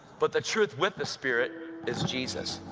but the truth with the spirit is jesus.